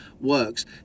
works